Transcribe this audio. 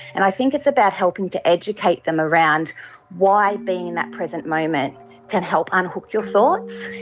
and i think it's about helping to educate them around why being in that present moment can help unhook your thoughts.